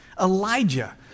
Elijah